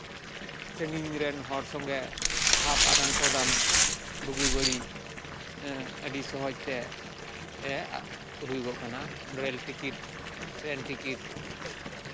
ᱥᱟᱺᱜᱤᱧ ᱨᱮᱱ ᱦᱚᱲ ᱥᱚᱸᱜᱮ ᱵᱷᱟᱵᱽ ᱟᱫᱟᱱᱼᱯᱨᱚᱫᱟᱱ ᱵᱩᱜᱤ ᱵᱟᱹᱲᱤᱡ ᱟᱹᱰᱤ ᱥᱚᱦᱚᱡᱽ ᱛᱮ ᱮ ᱦᱩᱭᱩᱜᱚᱜ ᱠᱟᱱᱟ ᱨᱮᱹᱞ ᱴᱤᱠᱤᱴ ᱴᱨᱮᱹᱱ ᱴᱤᱠᱤᱴ